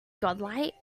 godlike